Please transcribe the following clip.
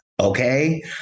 Okay